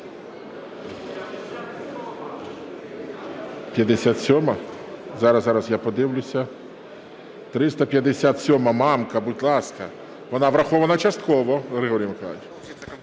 зараз-зараз, я подивлюся, 357-а. Мамка, будь ласка. Вона врахована частково, Григорій Миколайович.